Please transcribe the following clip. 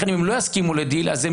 לכן אם הם לא יסכימו לדיל אז גם הם